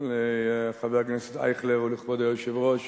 לחבר הכנסת אייכלר ולכבוד היושב-ראש